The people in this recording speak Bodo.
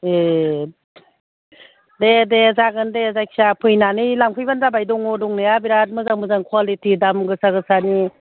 ए दे दे जागोन दे जायखिया फैनानै लांफैबानो जाबाय दङ दंनाया बिराथ मोजां मोजां कवालिटि दाम गोसा गोसानि